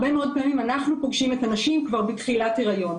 הרבה מאוד פעמים אנחנו פוגשים את הנשים בתחילת היריון.